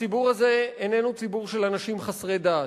הציבור הזה איננו ציבור של אנשים חסרי דעת.